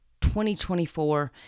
2024